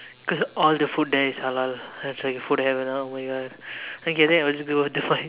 cause all the food there is halal I tell you the food heaven ah oh my god okay then it was it was the fine